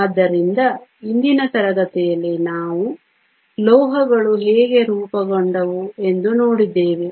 ಆದ್ದರಿಂದ ಇಂದಿನ ತರಗತಿಯಲ್ಲಿ ನಾವು ಲೋಹಗಳು ಹೇಗೆ ರೂಪುಗೊಂಡವು ಎಂದು ನೋಡಿದ್ದೇವೆ